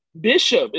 Bishop